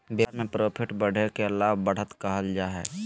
व्यापार में प्रॉफिट बढ़े के लाभ, बढ़त कहल जा हइ